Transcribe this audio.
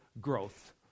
growth